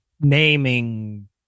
naming